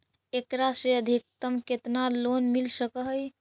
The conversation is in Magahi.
एकरा से अधिकतम केतना लोन मिल सक हइ?